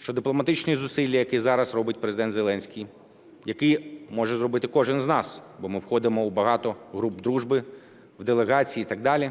що дипломатичні зусилля, які зараз робить Президент Зеленський, які може зробити кожен з нас, бо ми входимо в багато груп дружби, в делегації і так далі,